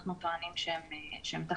אנחנו טוענים שהם תחת